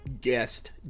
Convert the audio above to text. guest